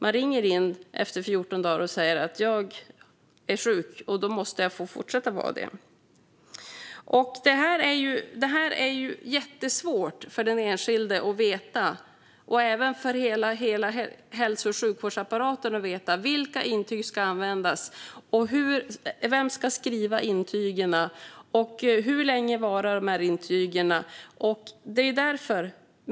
Man ringer in efter 14 dagar och säger att man är sjuk, och då får man fortsätta att vara hemma. Det är jättesvårt för den enskilde att veta, och även för hela hälso och sjukvårdsapparaten, vilka intyg som ska användas, vem som ska skriva intyg och hur länge dessa intyg varar.